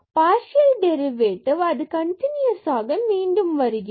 partial derivative அது கண்டினூயசாக மீண்டும் வருகிறது